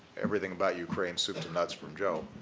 everything about ukraine, soup to nuts, from joe.